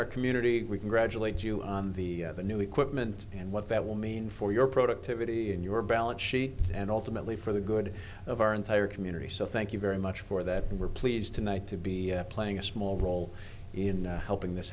our community we congratulate you on the new equipment and what that will mean for your productivity and your balance sheet and ultimately for the good of our entire community so thank you very much for that and we're pleased tonight to be playing a small role in helping this